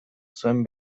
zuen